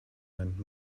meint